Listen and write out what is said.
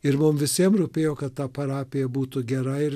ir mum visiem rūpėjo kad ta parapija būtų gera ir